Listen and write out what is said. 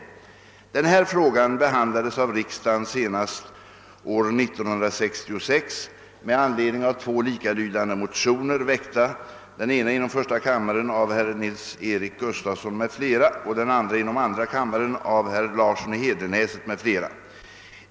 Den här frågan behandlades av riksdagen senast år 1966 med anledning av två likalydande motioner, väckta den ena inom första kammaren av herr Nils-Eric Gustafsson m.fl. och den andra inom andra kammaren av herr Larsson i Hedenäset m.fl.